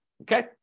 okay